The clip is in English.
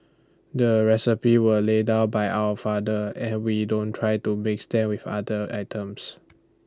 the recipes were laid down by our father and we don't try to mix them with other items